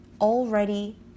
already